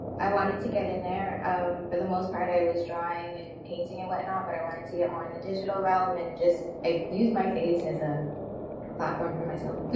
i wanted to get in there um for the most part, i was drawing and painting and whatnot. but i wanted to get more in the digital realm and just use my face as a platform for myself. but